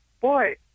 boy